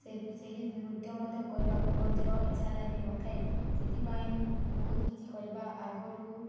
ସେ ସେହି ନୃତ୍ୟ ମଧ୍ୟ କରିବାକୁ ମଧ୍ୟ ଇଚ୍ଛା ଲାଗିନଥାଏ ସେଥିପାଇଁ ବହୁତ କିଛି କରିବା ଆଗରୁ